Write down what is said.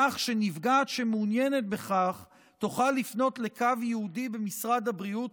כך שנפגעת שמעוניינת בכך תוכל לפנות לקו ייעודי במשרד הבריאות